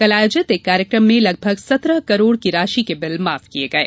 कल आयोजित एक कार्यक्रम में लगभग सत्रह करोड़ राशि के बिल माफ किये गये